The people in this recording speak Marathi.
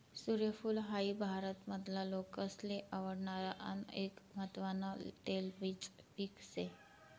सूर्यफूल हाई भारत मधला लोकेसले आवडणार आन एक महत्वान तेलबिज पिक से